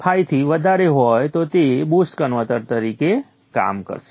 5 થી વધારે હોય તો તે બૂસ્ટ કન્વર્ટર તરીકે કાર્ય કરશે